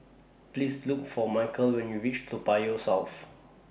Please Look For Micheal when YOU REACH Toa Payoh South